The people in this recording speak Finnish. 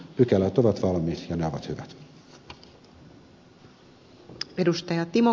pykälät ovat valmiit ja ne ovat hyvät